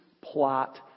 plot